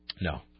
No